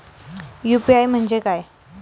UPI म्हणजे काय?